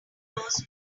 knows